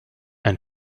ein